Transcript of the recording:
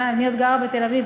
אני עוד גרה בתל-אביב,